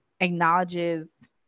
acknowledges